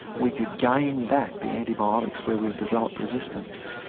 we could gain back the antibiotics where we've developed resistance.